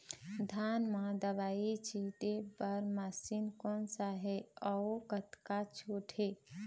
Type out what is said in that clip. धान म दवई छींचे बर मशीन कोन सा हे अउ कतका छूट हे?